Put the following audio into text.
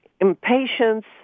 impatience